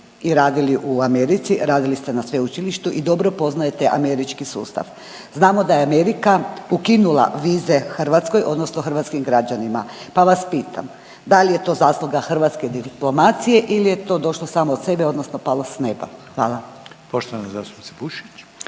i radili u Americi, radili ste na sveučilištu i dobro poznajete američki sustav. Znamo da je Amerika ukinula vize Hrvatskoj odnosno hrvatskim građanima, pa vas pitam da li je to zasluga hrvatske diplomacije ili je to došlo samo od sebe odnosno palo s neba? Hvala. **Reiner, Željko